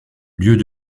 lieux